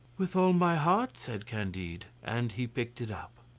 with all my heart, said candide. and he picked it up.